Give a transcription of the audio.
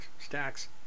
stacks